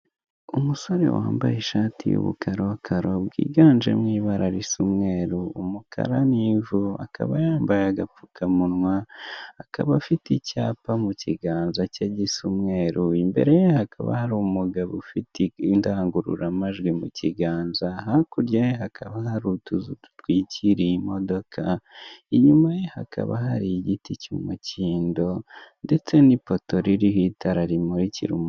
Umusore wambaye ishati y'ubukarokaro bwiganjemi ibara risa umweru, umukara n'ivu, akaba yambaye agapfukamunwa, akaba afite icyapa mu kiganza cye gisa umweru, imbere ye hakaba hari umugabo ufite indangururamajwi mu kiganza, hakurya ye hakaba haari utuzu dutwikiriye imodoka, inyuma ye hakaba hari igiti cy'umukindo ndetse n'ipoto rirho itara rimurikira umu